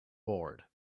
board